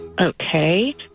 Okay